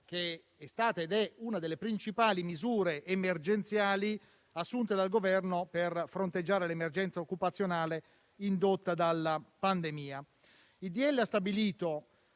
che è stata ed è una delle principali misure emergenziali assunte dal Governo per fronteggiare l'emergenza occupazionale indotta dalla pandemia.